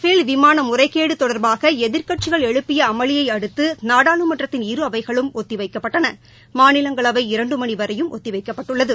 பேல் விமானமுறைகேடுதொடர்பாகஎதிர்கட்சிகள் எழுப்பியஅமளியைஅடுத்துநாடாளுமன்றத்தின் இருஅவைகளும் ஒத்திவைக்கப்பட்டன மாநிலங்களவை இரண்டுமணிவரையும் ஒத்திவைக்கப்பட்டுள்ளது